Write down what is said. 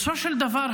בסופו של דבר,